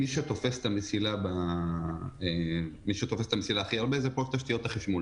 מי שתופס את המסילה הכי הרבה זה פרויקט תשתיות החשמול.